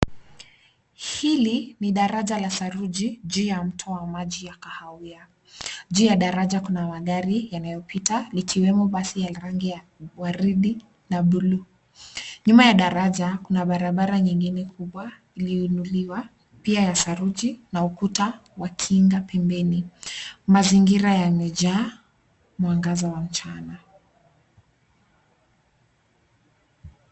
Hili ni daraja la saruji juu ya mto wa maji ya kahawia. Juu ya daraja kuna magari yanayopita likiwemo basi ya rangi ya waridi na bluu. Nyuma ya daraja kuna barabara nyingine kubwa iliyoinuliwa pia ya saruji na ukuta wa kinga pembeni. Mazingira yamejaa mwangaza wa mchana.